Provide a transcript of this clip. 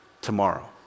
tomorrow